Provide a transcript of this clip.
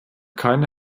keiner